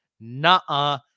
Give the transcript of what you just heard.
nah